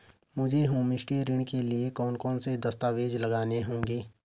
मुझे होमस्टे ऋण के लिए कौन कौनसे दस्तावेज़ लगाने होंगे?